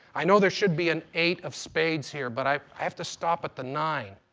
i know there should be an eight of spades here, but i have to stop at the nine.